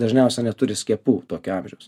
dažniausia neturi skiepų tokio amžiaus